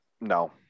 No